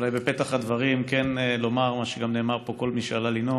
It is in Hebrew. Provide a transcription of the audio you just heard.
אולי בפתח הדברים כן לומר מה שגם נאמר על ידי כל מי שעלה כאן לנאום,